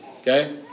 Okay